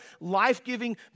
life-giving